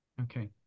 Okay